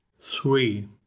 three